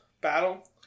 Battle